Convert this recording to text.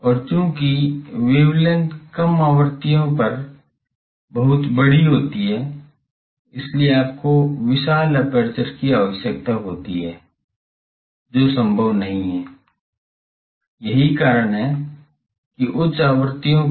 और चूंकि वेवलेंथ कम आवृत्तियों पर बहुत बड़ी होती हैं इसलिए आपको विशाल एपर्चर की आवश्यकता होती है जो संभव नहीं है यही कारण है कि उच्च आवृत्तियों पर